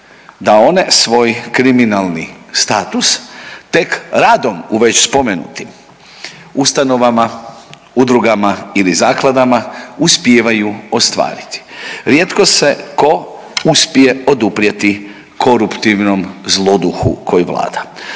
da one svoj kriminalni status tek radom u već spomenutim ustanovama, udrugama ili zakladama uspijevaju ostvariti, rijetko se ko uspije oduprijeti koruptivnom zloduhu koji vlada.